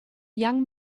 young